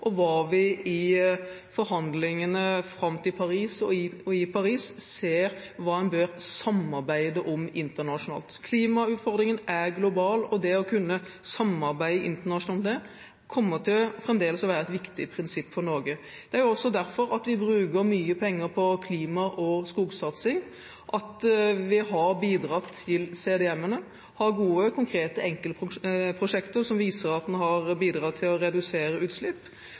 og hva vi i forhandlingene fram til Paris og i Paris bør samarbeide om internasjonalt. Klimautfordringen er global, og det å kunne samarbeide internasjonalt om det, kommer fremdeles til å være et viktig prinsipp for Norge. Det er også derfor vi bruker mye penger på klima- og skogsatsing, at vi har bidratt til CDM-ene og har gode, konkrete enkeltprosjekter som viser at man har bidratt til å redusere utslipp.